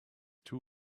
too